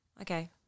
okay